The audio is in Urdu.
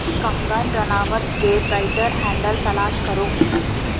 کنگن رناوت کے ٹائیٹر ہینڈل تلاش کرو